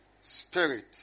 spirit